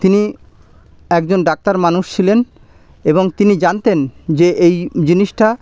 তিনি একজন ডাক্তার মানুষ ছিলেন এবং তিনি জানতেন যে এই জিনিসটা